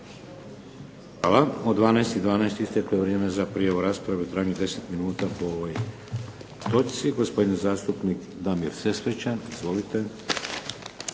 Hvala. U 12,12 isteklo je vrijeme za prijavu rasprave u trajanju od 10 minuta po ovoj točci. Gospodin zastupnik Damir Sesvečan. Izvolite.